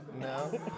no